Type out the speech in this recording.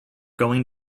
going